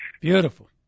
Beautiful